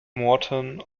morton